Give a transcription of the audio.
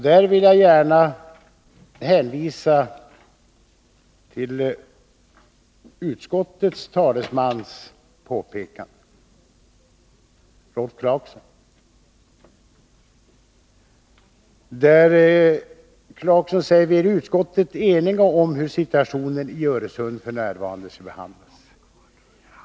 Jag vill i detta sammanhang hänvisa till utskottets talesmans, Rolf Clarkson, påpekande i den debatten: ”Viäri utskottet eniga om hur situationen i Öresund f. n. skall behandlas.